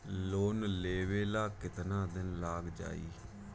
Loan लेबे ला कितना दिन लाग जाई?